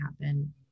happen